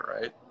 Right